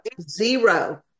zero